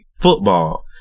football